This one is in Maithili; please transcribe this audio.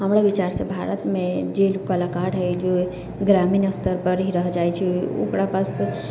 हमरा विचारसँ भारतमे जे कलाकार है जे ग्रामीण स्तरपर ही रही जाइ छै ओकरा पास तऽ